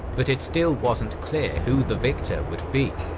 but it still wasn't clear who the victor would be.